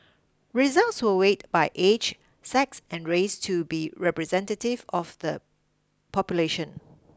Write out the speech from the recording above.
results were weighted by age sex and race to be representative of the population